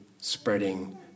spreading